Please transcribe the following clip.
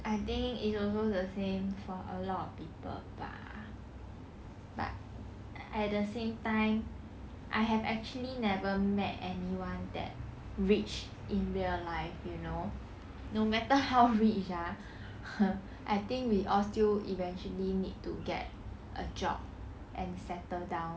I think it's also the same for a lot of people bah but at the same time I have actually never met anyone that which in real life you know no matter how rich ah I think we all still eventually need to get a job and settle down